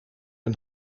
een